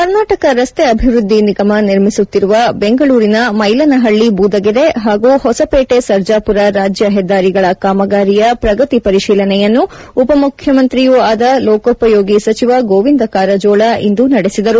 ಕರ್ನಾಟಕ ರಸ್ತೆ ಅಭಿವೃದ್ದಿ ನಿಗಮ ನಿರ್ಮಿಸುತ್ತಿರುವ ಬೆಂಗಳೂರಿನ ಮೈಲನಹಳ್ಳಿ ಬೂದಗೆರೆ ಹಾಗೂ ಹೊಸಪೇಟಿ ಸರ್ಜಾಪುರ ರಾಜ್ಯ ಹೆದ್ದಾರಿಗಳ ಕಾಮಗಾರಿಯ ಪ್ರಗತಿ ಪರಿಶೀಲನೆಯನ್ನು ಉಪಮುಖ್ಯಮಂತ್ರಿಯೂ ಆದ ಲೋಕೋಪಯೋಗಿ ಸಚಿವ ಗೋವಿಂದ ಕಾರಜೋಳ ಇಂದು ನಡೆಸಿದರು